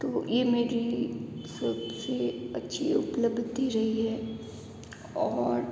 तो ये मेरी सब से अच्छी उपलब्धि रही है और